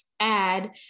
add